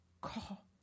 call